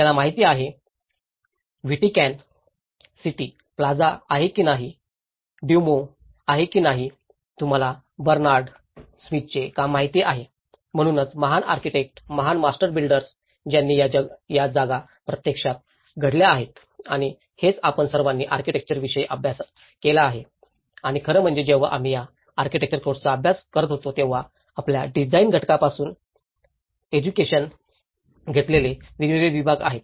आपल्याला माहिती आहे व्हॅटिकन सिटी प्लाझा आहे की नाही ड्युमो आहे की नाही तुम्हाला बर्नाड स्मिथचे काम माहित आहे म्हणूनच महान आर्किटेक्ट महान मास्टर बिल्डर्स ज्यांनी या जागा प्रत्यक्षात घडल्या आहेत आणि हेच आपण सर्वांनी आर्किटेक्चर विषयी अभ्यास केले आहे आणि खरं म्हणजे जेव्हा आम्ही या आर्किटेक्चरल कोर्सचा अभ्यास करत होतो तेव्हा आपल्या डिझाइन घटकापासून प्रएज्युकेशन घेतलेले वेगवेगळे विभाग आहेत